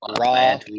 raw